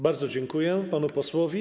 Bardzo dziękuję panu posłowi.